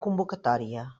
convocatòria